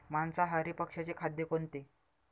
मांसाहारी पक्ष्याचे खाद्य कोणते?